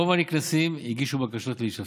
רוב הנקנסים הגישו בקשות להישפט.